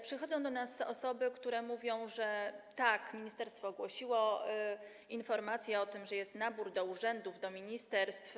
Przychodzą do nas osoby, które mówią: Tak, ministerstwo zamieściło informację o tym, że jest nabór do urzędów, do ministerstw.